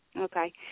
Okay